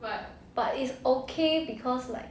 but it's okay because like